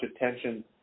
attention